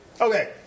Okay